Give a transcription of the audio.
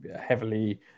heavily